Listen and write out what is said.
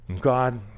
God